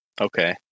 okay